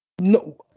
No